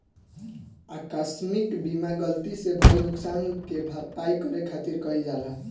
आकस्मिक बीमा गलती से भईल नुकशान के भरपाई करे खातिर कईल जाला